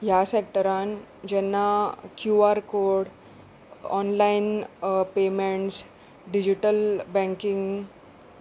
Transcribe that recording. ह्या सॅक्टरान जेन्ना Q R code online payments digital banking